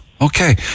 okay